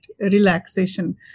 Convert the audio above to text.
relaxation